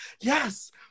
yes